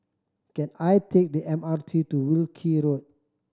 can I take the M R T to Wilkie Road